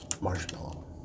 Marshmallow